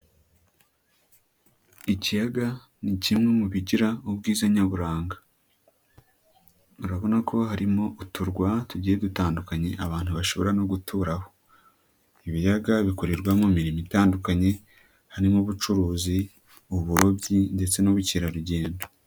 Ikiyaga ni kimwe mu bigira ubwiza nyaburanga, urabona ko harimo uturwa tugiye dutandukanye abantu bashobora no guturaho. Ibiyaga bikorerwamo imirimo itandukanye harimo ubucuruzi, uburobyi ndetse n'ubukerarugendo.